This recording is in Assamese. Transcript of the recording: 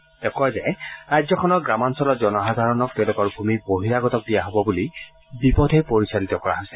তেওঁ লগতে কয় যে ৰাজ্যখনৰ গ্ৰামাঞ্চলৰ জনসাধাৰণক তেওঁলোকৰ ভূমি বহিৰাগতক দিয়া হব বুলি বিপথে পৰিচালিত কৰা হৈছে